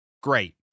Great